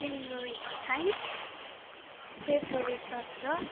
जनवरी अट्ठाइस फरवरी सत्र